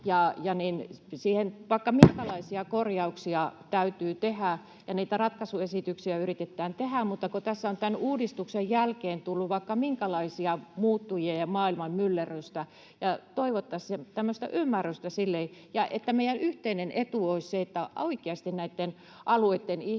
vaikka minkälaisia korjauksia täytyy tehdä ja niitä ratkaisuesityksiä yritetään tehdä. Mutta kun tässä on tämän uudistuksen jälkeen tullut vaikka minkälaisia muuttujia ja maailman myllerrystä, niin toivottaisiin tämmöistä ymmärrystä sille, että meidän yhteinen etumme olisi se, että oikeasti näitten alueitten ihmiset